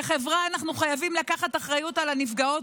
כחברה אנחנו חייבים לקחת אחריות על הנפגעות